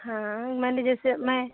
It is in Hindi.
हाँ मान लिए जैसे मैं